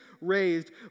raised